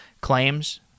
claims